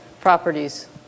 properties